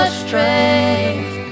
strength